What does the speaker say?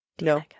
No